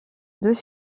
deux